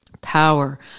power